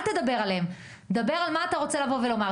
אל תדבר עליהן, תדבר על מה אתה רוצה לבוא ולומר.